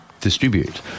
distribute